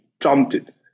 prompted